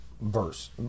verse